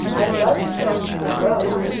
i'd love to go, if you will row.